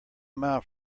mile